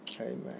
Amen